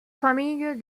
famille